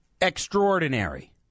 Extraordinary